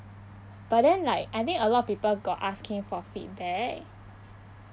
but then like I think a lot of people got ask him for feedback